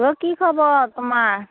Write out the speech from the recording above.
অ' কি খবৰ তোমাৰ